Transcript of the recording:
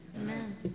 amen